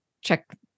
check